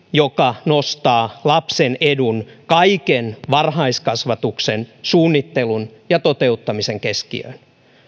joka nostaa lapsen edun kaiken varhaiskasvatuksen suunnittelun ja toteuttamisen keskiöön